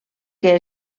que